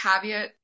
caveat